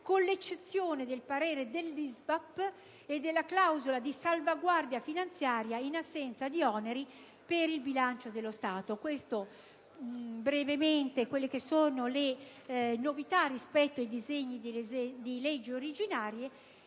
con l'eccezione del parere dell'ISVAP e della clausola di salvaguardia finanziaria in assenza di oneri per il bilancio dello Stato. Queste, brevemente, sono le novità rispetto ai disegni di legge originari.